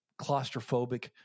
claustrophobic